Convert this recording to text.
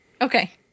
Okay